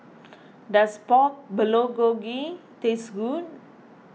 does Pork Bulgogi taste good